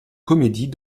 comédie